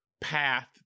path